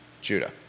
Judah